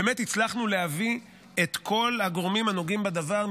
באמת הצלחנו להביא את כל הגורמים הנוגעים בדבר,